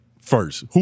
first